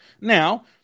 Now